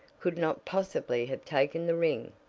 could not possibly have taken the ring.